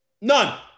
None